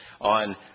on